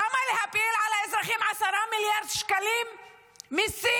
למה להפיל על האזרחים 10 מיליארד שקלים מיסים?